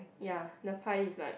ya the pie is like